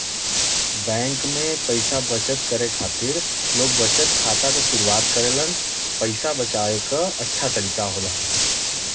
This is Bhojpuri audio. बैंक में पइसा बचत करे खातिर लोग बचत खाता क शुरआत करलन पइसा बचाये क अच्छा तरीका होला